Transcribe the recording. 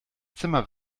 zimmer